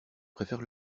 préfère